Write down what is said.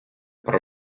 про